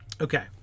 Okay